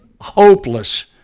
hopeless